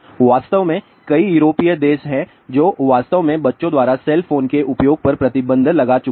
वास्तव में कई यूरोपीय देश हैं जो वास्तव में बच्चों द्वारा सेल फोन के उपयोग पर प्रतिबंध लगा चुके हैं